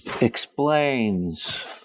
explains